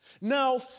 Now